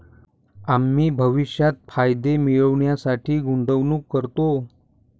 आम्ही भविष्यात फायदे मिळविण्यासाठी गुंतवणूक करतो